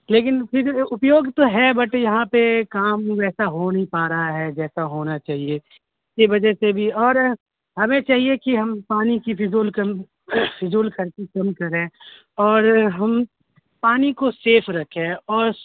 لیکن پھر اپیوگ تو ہے بٹ یہاں پہ کام ویسا ہو نہیں پا رہا ہے جیسا ہونا چاہیے کے وجہ سے بھی اور ہمیں چاہیے کہ ہم پانی کی فضول کم فجول خرچی کم کریں اور ہم پانی کو سیف رکھیں اور